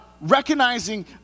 Recognizing